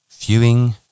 viewing